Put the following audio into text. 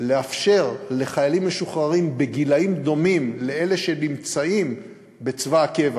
לאפשר לחיילים משוחררים בגילאים דומים לאלה שנמצאים בצבא הקבע,